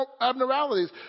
abnormalities